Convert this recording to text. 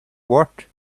what